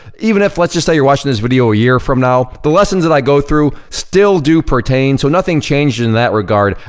even if, let's just say you're watching this video a year from now the lessons that i go through still do pertain, so nothing changes in that regard.